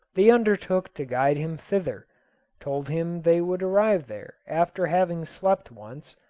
they undertook to guide him thither told him they would arrive there after having slept once,